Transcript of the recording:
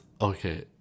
okay